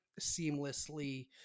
seamlessly